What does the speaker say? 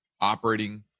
operating